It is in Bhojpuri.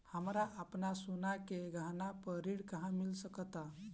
हमरा अपन सोने के गहना पर ऋण कहां मिल सकता?